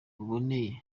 buboneye